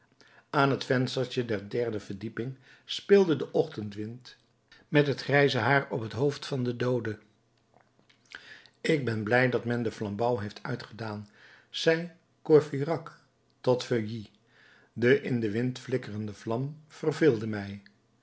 aan het venstertje der derde verdieping speelde de ochtendwind met het grijze haar op t hoofd van den doode ik ben blij dat men de flambouw heeft uitgedaan zei courfeyrac tot feuilly de in den wind flikkerende vlam verveelde mij